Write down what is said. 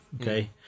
okay